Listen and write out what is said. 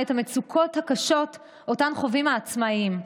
את המצוקות הקשות שאותן חווים העצמאים,